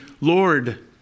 Lord